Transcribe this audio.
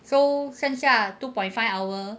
so 剩下 two point five hour